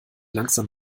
langsam